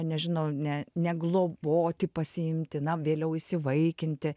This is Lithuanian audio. nežinau ne ne globoti pasiimti na vėliau įsivaikinti